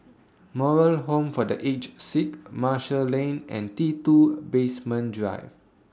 Moral Home For The Aged Sick Marshall Lane and T two Basement Drive